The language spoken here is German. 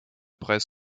preis